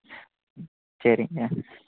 சரிங்க